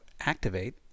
activate